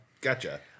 Gotcha